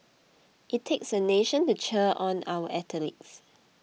it takes a nation to cheer on our athletes